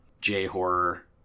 J-horror